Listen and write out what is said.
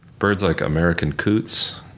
birds like american coots,